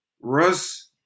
Russ